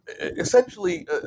essentially